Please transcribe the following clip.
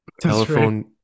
Telephone